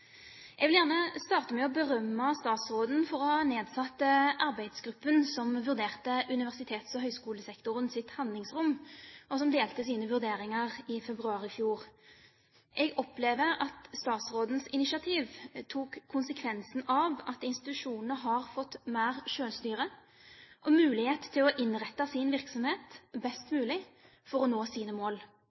Jeg vil gjerne starte med å berømme statsråden for å ha nedsatt arbeidsgruppen som vurderte universitets- og høyskolesektorens handlingsrom, og som delte sine vurderinger i februar i fjor. Jeg opplever at statsrådens initiativ tok konsekvensen av at institusjonene har fått mer selvstyre og mulighet til å innrette sin virksomhet best mulig for å nå sine mål.